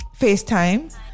Facetime